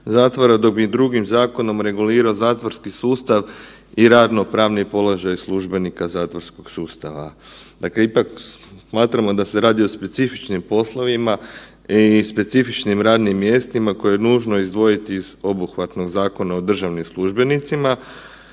dok bi drugim zakonom regulirao zatvorski sustav i radnopravni položaj službenika zatvorskog sustava. Dakle, ipak smatramo da se radi o specifičnim poslovima i specifičnim radnim mjestima koje je nužno izdvojiti iz obuhvatnog Zakona o državnim službenicima.